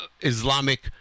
Islamic